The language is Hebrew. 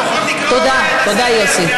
לפחות לקרוא לסדר, תודה, תודה, יוסי.